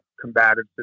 combative